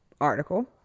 article